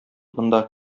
монда